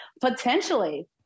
potentially